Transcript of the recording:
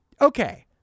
okay